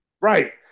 Right